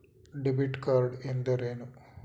Debit card ಎಂದರೇನು?